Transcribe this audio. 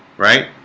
right